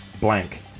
blank